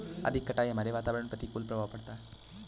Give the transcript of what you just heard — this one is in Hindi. अधिक कटाई से हमारे वातावरण में प्रतिकूल प्रभाव पड़ता है